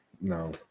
No